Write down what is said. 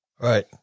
Right